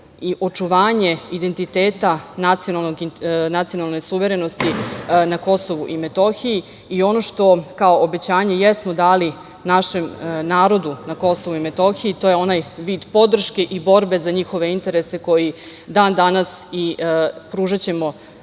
i očuvanje identiteta nacionalne suverenosti na Kosovu i Metohiji. Ono što kao obećanje jesmo dali našem narodu na Kosovu i Metohiji, to je onaj vid podrške i borbe za njihove interese koji dan danas pružamo